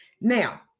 Now